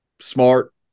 Smart